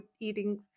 eating